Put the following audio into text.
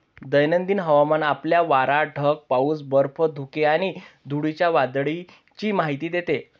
दैनंदिन हवामान आपल्याला वारा, ढग, पाऊस, बर्फ, धुके आणि धुळीच्या वादळाची माहिती देते